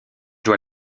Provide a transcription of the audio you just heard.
doit